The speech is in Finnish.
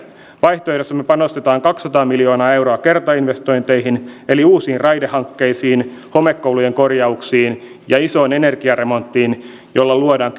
vaihtoehdossamme panostetaan kaksisataa miljoonaa euroa kertainvestointeihin eli uusiin raidehankkeisiin homekoulujen korjauksiin ja isoon energiaremonttiin jolla luodaan